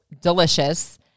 delicious